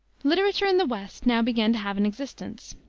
literature in the west now began to have an existence.